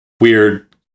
weird